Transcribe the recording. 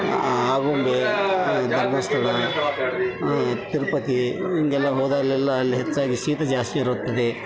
ಆಗುಂಬೆ ಧರ್ಮಸ್ಥಳ ತಿರುಪತಿ ಹೀಗೆಲ್ಲ ಹೋದಲ್ಲೆಲ್ಲಾ ಅಲ್ಲಿ ಹೆಚ್ಚಾಗಿ ಶೀತ ಜಾಸ್ತಿ ಇರುತ್ತದೆ